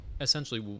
essentially